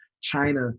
China